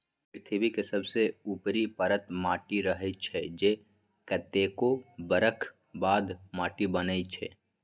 पृथ्वी के सबसे ऊपरी परत माटी रहै छइ जे कतेको बरख बाद माटि बनै छइ